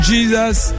Jesus